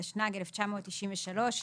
התשנ"ג-1993,